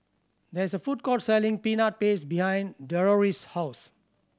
there is a food court selling Peanut Paste behind Deloris' house